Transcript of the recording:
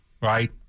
Right